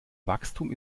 wachstum